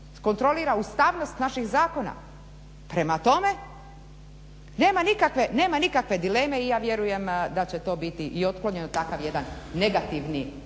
kontrolira ustavnost naših zakona. Prema tome nema nikakve dileme i ja vjerujem da će to biti i otklonjen takav jedan negativni